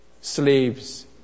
slaves